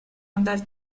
dal